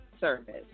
service